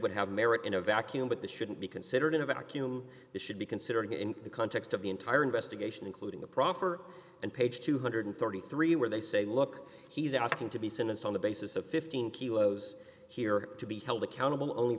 would have merit in a vacuum but this shouldn't be considered in a vacuum should be considered in the context of the entire investigation including the proffer and page two hundred and thirty three dollars where they say look he's asking to be sentenced on the basis of fifteen kilos here to be held accountable on